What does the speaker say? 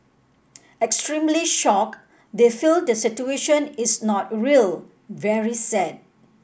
extremely shocked they feel the situation is not real very sad